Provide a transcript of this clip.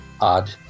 odd